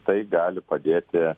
tai gali padėti